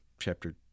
chapter